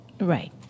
right